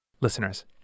Listeners